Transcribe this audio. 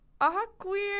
awkward